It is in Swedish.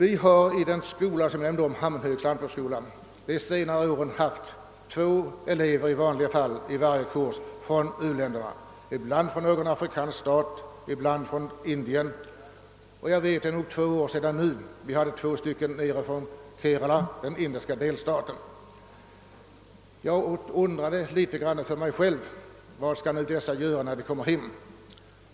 I Hammenhögs lantbrukshögskola har man under de senaste åren haft två elever i varje årskurs från u-länder. Ibland har de kommit från någon afrikansk stat och ibland från Indien. För två år sedan hade vi två ungdomar från den indiska delstaten Kerala. Jag frågade mig vad dessa ungdomar skulle göra när de kom hem.